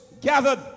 gathered